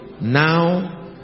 now